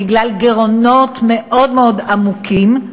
בגלל גירעונות מאוד מאוד עמוקים,